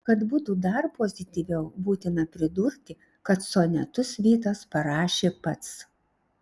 kad būtų dar pozityviau būtina pridurti kad sonetus vytas parašė pats